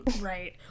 Right